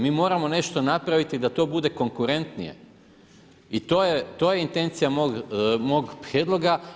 Mi moramo nešto napraviti da to bude konkurentnije i to je intencija mog prijedloga.